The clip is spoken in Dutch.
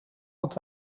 het